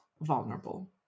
vulnerable